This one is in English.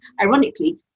Ironically